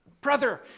Brother